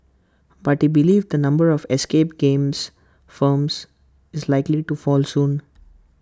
but he believes the number of escape games firms is likely to fall soon